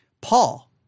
Paul